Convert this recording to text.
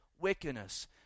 wickedness